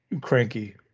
cranky